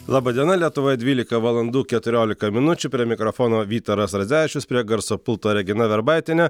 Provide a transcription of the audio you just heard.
laba diena lietuvoj dvylika valandų keturiolika minučių prie mikrafono vytaras radzevičius prie garso pulto regina verbaitienė